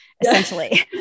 essentially